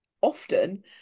often